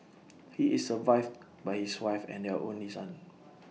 he is survived by his wife and their only son